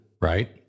right